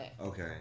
Okay